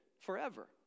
forever